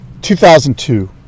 2002